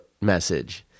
message